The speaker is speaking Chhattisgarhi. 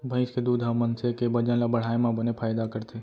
भईंस के दूद ह मनसे के बजन ल बढ़ाए म बने फायदा करथे